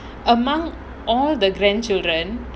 among all the grandchildren